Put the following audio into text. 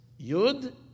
Yud